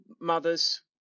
mothers